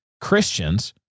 Christians